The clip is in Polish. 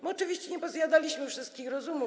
My oczywiście nie pozjadaliśmy wszystkich rozumów.